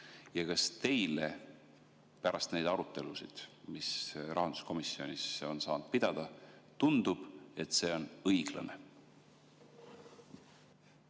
Kas teile pärast neid arutelusid, mida rahanduskomisjonis on saanud pidada, tundub, et see on õiglane?